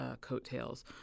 coattails